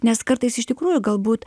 nes kartais iš tikrųjų galbūt